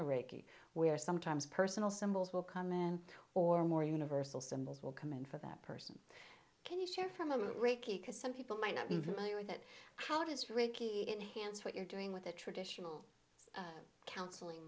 reiki where sometimes personal symbols will come and or more universal symbols will come in for that person can you share from them because some people might not be familiar with it how does ricky enhance what you're doing with the traditional counseling